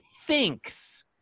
Thinks